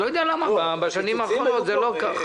אני לא יודע למה בשנים האחרונות זה לא כך.